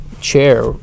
chair